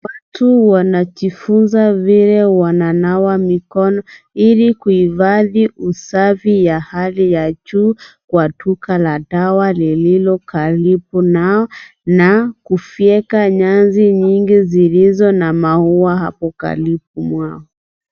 Watu wanajifunza vile wananawa mikono, ili kuihifadhi usafi ya hali ya juu kwa duka la dawa lililokalipo nao. Na kufyeka nyazi nyingi zilizo na maua hapo karibu na mwao.